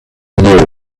know